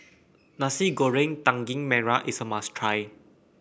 Nasi Goreng Daging Merah is a must try